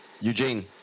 Eugene